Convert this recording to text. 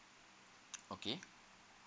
okay